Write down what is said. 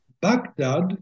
Baghdad